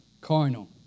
Carnal